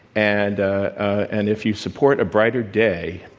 and ah and if you support a brighter day,